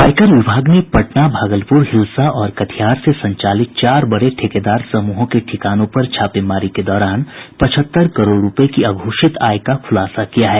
आयकर विभाग ने पटना भागलपुर हिलसा और कटिहार से संचालित चार बड़े ठेकेदार समूहों के ठिकानों पर छापेमारी के दौरान पचहत्तर करोड़ रूपये की अघोषित आय का खुलासा किया है